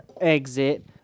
exit